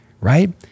right